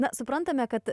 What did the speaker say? na suprantame kad